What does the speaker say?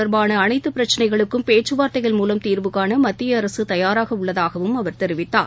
தொடா்பானஅனைத்துபிரச்சினைகளுக்கும் விவசாயிகள் பேச்சுவார்த்தைகள் மூலம் தீர்வுகாணமத்தியஅரசுதயாராகஉள்ளதாகவும் அவர் தெரிவித்தார்